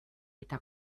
eta